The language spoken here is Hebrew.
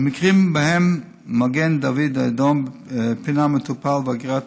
במקרים שבהם מגן דוד אדום פינה מטופל ואגרת